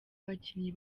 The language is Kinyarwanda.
abakinnyi